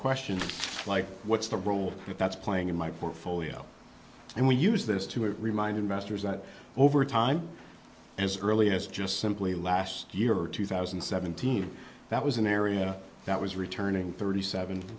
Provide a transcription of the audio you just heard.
questions like what's the role that's playing in my portfolio and we use this to remind investors that over time as early as just simply last year or two thousand and seventeen that was an area that was returning thirty seven